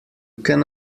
can